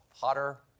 hotter